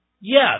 yes